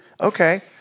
Okay